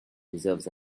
deserves